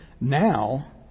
now